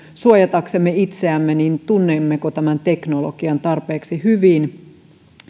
suojataksemme itseämme tunnemmeko tämän teknologian tarpeeksi hyvin